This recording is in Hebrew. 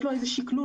יש לו איזה שקלול,